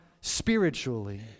spiritually